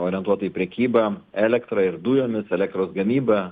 orientuota į prekybą elektra ir dujomis elektros gamybą